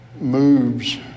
moves